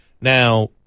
Now